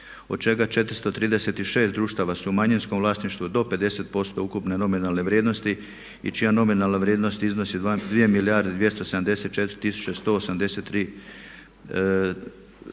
od čega 436 društava su u manjinskom vlasništvu do 50% ukupne nominalne vrijednosti i čija nominalna vrijednost iznosi 2 milijarde 274 tisuće 183,